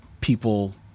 people